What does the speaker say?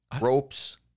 ropes